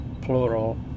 plural